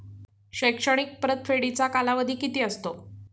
शैक्षणिक परतफेडीचा कालावधी किती असतो?